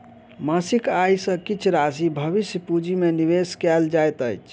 मासिक आय सॅ किछ राशि भविष्य पूंजी में निवेश कयल जाइत अछि